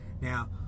Now